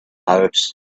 house